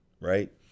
right